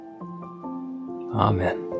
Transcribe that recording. Amen